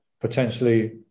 potentially